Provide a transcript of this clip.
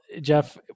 Jeff